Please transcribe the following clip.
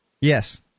Yes